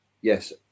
yes